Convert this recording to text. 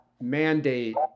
mandate